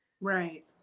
right